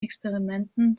experimenten